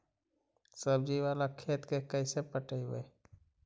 सब्जी बाला खेत के कैसे पटइबै?